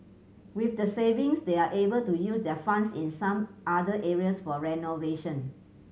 with the savings they're able to use their funds in some other areas for renovation